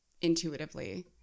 intuitively